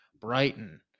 Brighton